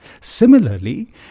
Similarly